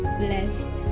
blessed